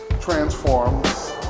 transforms